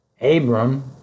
Abram